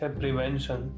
prevention